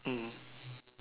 mm